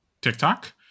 TikTok